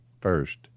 first